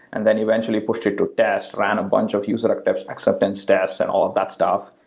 and then eventually pushed it to test, run a bunch of user dev acceptance tests and all of that stuff.